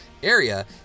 Area